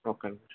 ఒక్క నిమిషం